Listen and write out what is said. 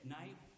night